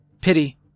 Pity